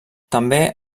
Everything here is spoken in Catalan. també